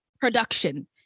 production